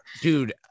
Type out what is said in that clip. Dude